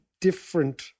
different